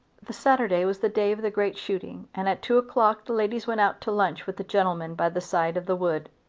the saturday was the day of the great shooting and at two o'clock the ladies went out to lunch with the gentlemen by the side of the wood.